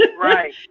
Right